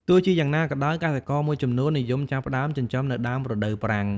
ទោះជាយ៉ាងណាក៏ដោយ កសិករមួយចំនួននិយមចាប់ផ្តើមចិញ្ចឹមនៅដើមរដូវប្រាំង។